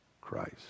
Christ